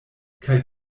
kaj